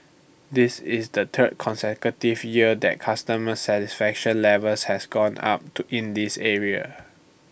this is the third consecutive year that customer satisfaction levels has gone up to in this area